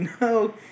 no